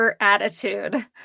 attitude